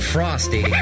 Frosty